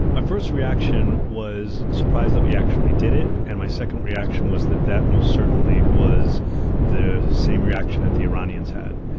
my first reaction was surprised that we actually did it. and my second reaction was that that most certainly was the same reaction that the iranians had.